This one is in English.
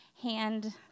hand